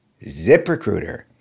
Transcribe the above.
ZipRecruiter